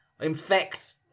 infect